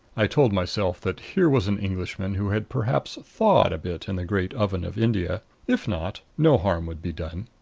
i told myself that here was an englishman who had perhaps thawed a bit in the great oven of india. if not, no harm would be done.